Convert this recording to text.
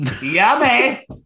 Yummy